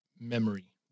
memory